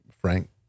Frank